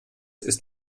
ist